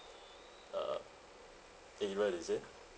uh area is it